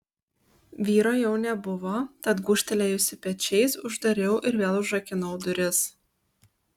vyro jau nebuvo tad gūžtelėjusi pečiais uždariau ir vėl užrakinau duris